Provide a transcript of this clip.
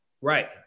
Right